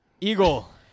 Eagle